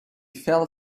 fell